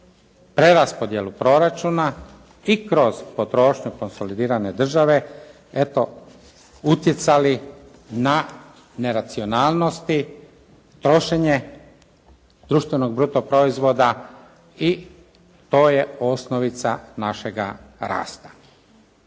preraspodjelu proračuna i kroz potrošnju konsolidirane države eto utjecali na neracionalnosti, trošenje društvenog bruto proizvoda i to je osnovica našega rasta.